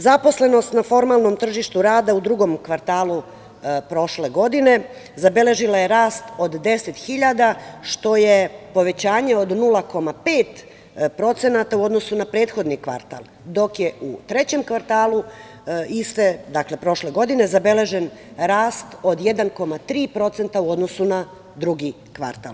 Zaposlenost na formalnom tržištu rada u drugom kvartalu prošle godine zabeležila je rast od deset hiljada, što je povećanje od 0,5% u odnosu na prethodni kvartal, dok je u trećem kvartalu iste, prošle godine, zabeležen rast od 1,3% u odnosu na drugi kvartal.